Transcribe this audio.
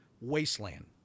wasteland